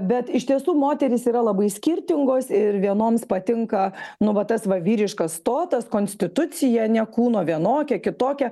bet iš tiesų moterys yra labai skirtingos ir vienoms patinka nu va tas va vyriškas stotas konstitucija ne kūno vienokia kitokia